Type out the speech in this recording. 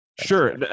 Sure